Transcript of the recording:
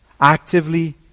actively